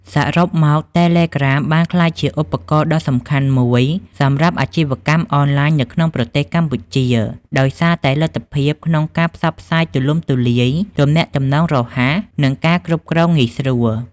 សរុបមក តេឡេក្រាមបានក្លាយជាឧបករណ៍ដ៏សំខាន់មួយសម្រាប់អាជីវកម្មអនឡាញនៅក្នុងប្រទេសកម្ពុជា ដោយសារតែលទ្ធភាពក្នុងការផ្សព្វផ្សាយទូលំទូលាយ ទំនាក់ទំនងរហ័ស និងការគ្រប់គ្រងងាយស្រួល។